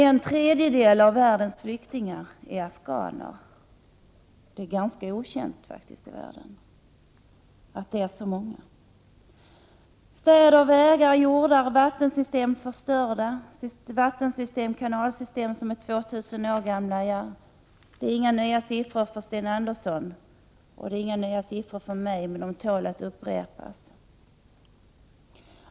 En tredjedel av världens flyktingar är afghaner — det är ganska okänt i världen att det är så många. Städer, vägar, jordar och vattensystem är förstörda — vattensystem och kanalsystem som är 2000 år gamla. Det är inga nya uppgifter för Sten Andersson och inte heller för mig, men de tål att upprepas.